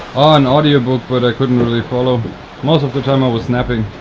an audiobook, but i couldn't really follow. but most of the time i was napping.